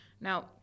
Now